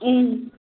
ಹ್ಞೂ